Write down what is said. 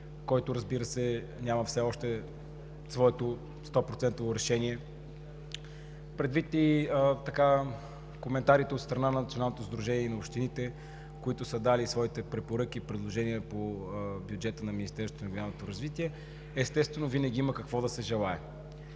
който, разбира се, няма все още своето 100 процентово решение. Предвид и коментарите от страна на Националното сдружение на общините, които са дали своите препоръки и предложения по бюджета на Министерството на регионалното развитие и благоустройството, естествено, винаги има какво да се желае.